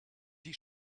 die